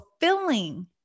fulfilling